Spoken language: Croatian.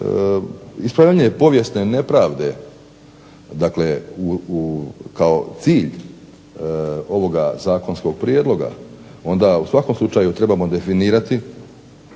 ispravljanje povijesne nepravde kao cilj ovog zakonskog prijedloga, onda u svakom slučaju trebamo definirati